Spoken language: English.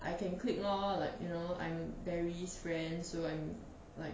I can clique lor like you know I'm barry's friend so I'm like